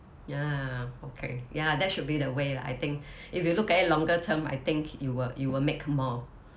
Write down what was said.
ya okay ya that should be the way lah I think if you look at it longer term I think you will you will make more